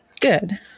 Good